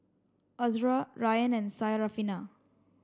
Azura Ryan and Syarafina